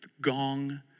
gong